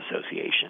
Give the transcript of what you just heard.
Association